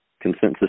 consensus